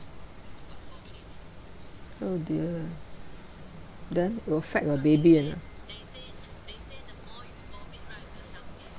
oh dear then will affect your baby or not